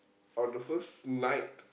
on the first night